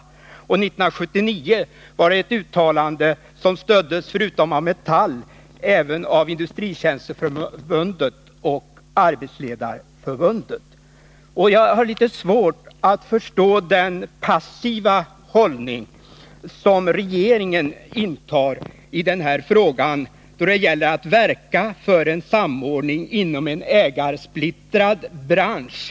Och från 1979 finns ett dylikt uttalande som förutom av Metall även stöddes av Industritjänstemannaförbundet och Arbetsledareförbundet. Jag harlitet svårt att förstå den passiva hållning som regeringen intar då det gäller att verka för en samordning inom en ägarsplittrad bransch.